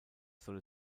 soll